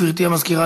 גברתי המזכירה,